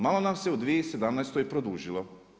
Malo nam se u 2017. produžilo.